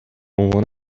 عنوان